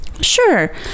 sure